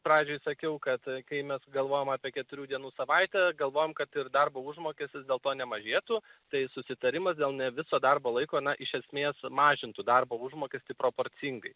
pradžioj sakiau kad kai mes galvojam apie keturių dienų savaitę galvojam kad ir darbo užmokestis dėl to nemažėtų tai susitarimas dėl ne viso darbo laiko na iš esmės sumažintų darbo užmokestį proporcingai